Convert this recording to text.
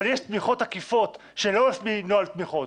אבל יש תמיכות עקיפות שלא על פי נוהל תמיכות.